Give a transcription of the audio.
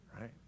right